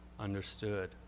Understood